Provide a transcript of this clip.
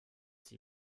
sie